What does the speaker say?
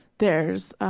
there's